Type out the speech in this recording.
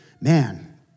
Man